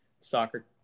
soccer